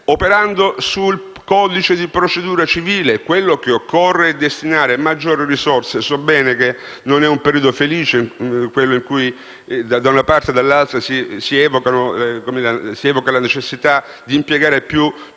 operando sul codice di procedura civile: quello che occorre è destinare maggiori risorse. So bene che non è un periodo felice quello in cui, da una parte e dall'altra, si evoca la necessità di impiegare più risorse